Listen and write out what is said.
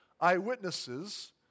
eyewitnesses